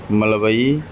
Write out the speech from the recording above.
Malwai